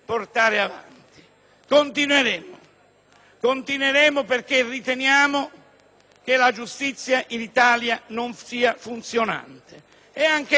che la giustizia in Italia non sia funzionante e perché anche noi riteniamo che essa abbia bisogno di una riforma complessiva.